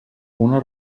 una